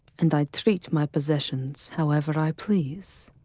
and i treat my possessions however i please.